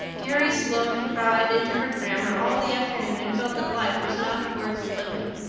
carrie sloane cried into her grammar all the afternoon and felt that life was not worth living.